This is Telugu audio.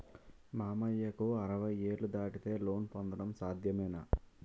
మామయ్యకు అరవై ఏళ్లు దాటితే లోన్ పొందడం సాధ్యమేనా?